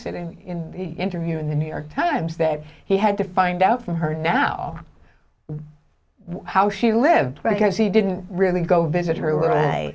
sitting in the interview in the new york times that he had to find out from her now how she lived because he didn't really go visit her